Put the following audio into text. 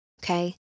okay